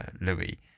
Louis